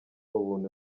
ubuntu